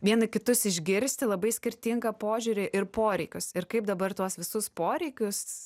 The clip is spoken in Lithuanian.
vieni kitus išgirsti labai skirtingą požiūrį ir poreikius ir kaip dabar tuos visus poreikius